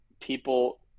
people